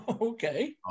okay